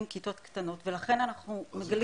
כיתות קטנות ולכן אנחנו מגלים את הגמישות.